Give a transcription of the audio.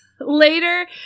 later